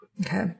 Okay